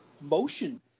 motion